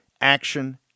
action